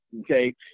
Okay